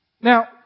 Now